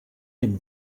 him